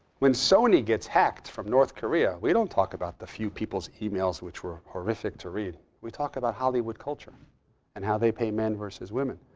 when sony gets hacked from north korea, we don't talk about the few people's e-mails which were horrific to read. we talk about hollywood culture and how they pay men versus women.